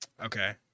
Okay